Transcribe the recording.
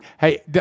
Hey